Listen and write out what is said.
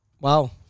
Wow